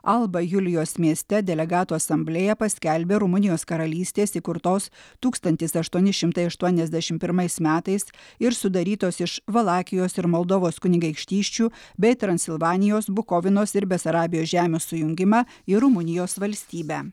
alba julijos mieste delegatų asamblėja paskelbė rumunijos karalystės įkurtos tūkstantis aštuoni šimtai aštuoniasdešimt pirmais metais ir sudarytos iš valakijos ir moldovos kunigaikštysčių bei transilvanijos bukovinos ir besarabijos žemių sujungimą į rumunijos valstybę